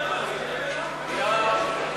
ומכירת כבד של בעלי-חיים שעברו התעללות,